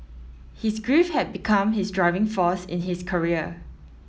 his grief had become his driving force in his career